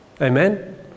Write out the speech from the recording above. Amen